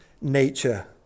nature